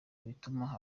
bituma